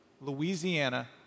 Louisiana